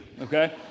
okay